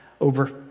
over